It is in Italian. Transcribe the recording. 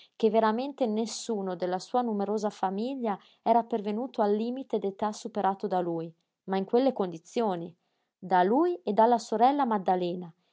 che veramente nessuno della sua numerosa famiglia era pervenuto al limite d'età superato da lui ma in quelle condizioni da lui e dalla sorella maddalena